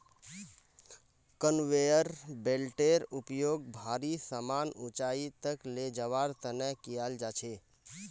conveyor बेल्टेर उपयोग भारी समान ऊंचाई तक ले जवार तने कियाल जा छे